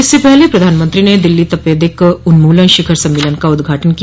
इससे पहले प्रधानमंत्री ने दिल्ली तपेदिक उन्मूलन शिखर सम्मेलन का उद्घाटन किया